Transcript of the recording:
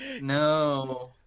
No